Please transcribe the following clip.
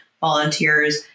volunteers